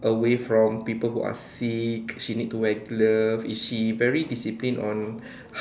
away from people who are sick she need to wear gloves if she very disciplined on